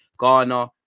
Ghana